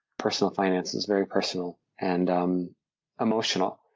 personal finance is very personal and emotional,